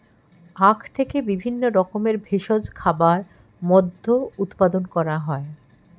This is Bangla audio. আখ থেকে বিভিন্ন রকমের ভেষজ খাবার, মদ্য উৎপাদন করা হয়